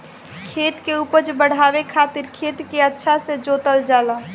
खेत के उपज बढ़ावे खातिर खेत के अच्छा से जोतल जाला